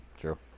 True